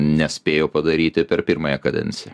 nespėjau padaryti per pirmąją kadenciją